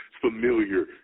familiar